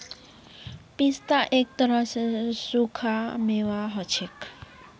पिस्ता एक तरह स सूखा मेवा हछेक